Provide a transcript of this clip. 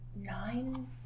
nine